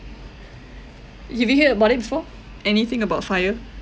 did you hear about it before anything about fire